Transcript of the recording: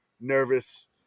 nervous